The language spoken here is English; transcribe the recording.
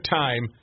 time